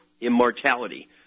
immortality